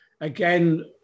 again